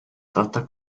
tratta